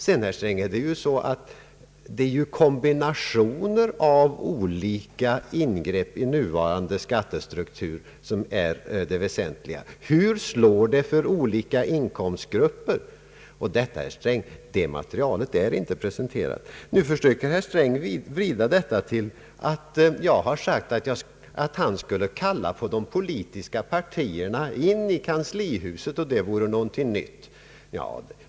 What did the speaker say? Sedan är det på det viset, herr Sträng, att det är kombinationen av olika ingrepp i den nuvarande skattestrukturen som är det väsentliga. Hur slår det för olika inkomstgrupper? Det materialet, herr Sträng, är inte presenterat. Nu försöker herr Sträng vrida detta till att jag skulle ha sagt att han borde kalla in de politiska partierna i kanslihuset; och det vore någonting nytt.